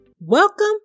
Welcome